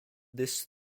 this